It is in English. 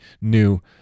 new